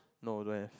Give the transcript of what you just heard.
no don't have